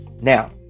Now